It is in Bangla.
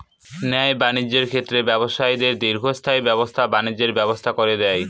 ন্যায় বাণিজ্যের ক্ষেত্রে ব্যবসায়ীদের দীর্ঘস্থায়ী ব্যবসা বাণিজ্যের ব্যবস্থা করে দেয়